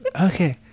Okay